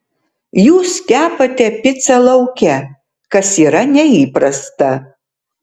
jūs kepate picą lauke kas yra neįprasta